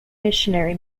missionary